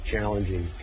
Challenging